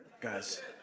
guys